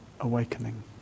awakening